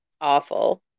awful